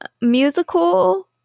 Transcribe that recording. musical